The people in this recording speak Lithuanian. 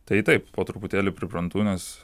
tai taip po truputėlį priprantu nes